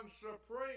supreme